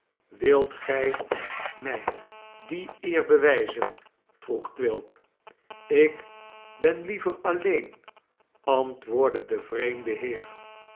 wilt gij mij die eer bewijzen vroeg quilp ik ben liever alleen antwoordde de vreemde heer